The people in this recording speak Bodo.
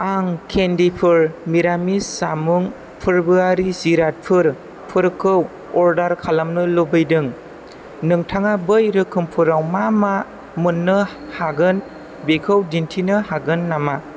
आं केन्दिफोर मिरामिस जामुं फोर्बोआरि जिरादफोरखौ अर्डार खालामनो लुबैदों नोंथाङा बै रोखोमफोराव मा मा मोन्नो हागोन बेखौ दिन्थिनो हागोन नामा